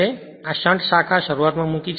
અમે આ શન્ટ શાખા શરૂઆતમાં જ મૂકી છે